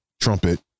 Trumpet